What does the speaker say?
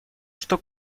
что